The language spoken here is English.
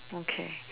okay